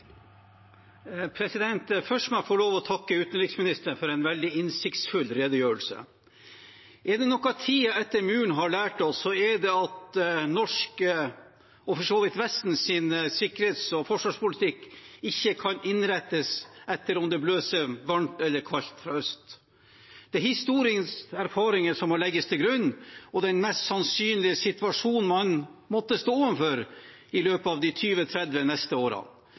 Først må jeg få lov til å takke utenriksministeren for en veldig innsiktsfull redegjørelse. Er det noe tiden etter muren har lært oss, så er det at norsk og for så vidt Vestens sikkerhets- og forsvarspolitikk ikke kan innrettes etter om det blåser varmt eller kaldt fra øst. Det er historiske erfaringer som må legges til grunn, og den mest sannsynlige situasjonen man måtte stå overfor i løpet av de 20–30 neste årene.